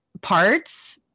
parts